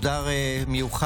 תם סדר-היום.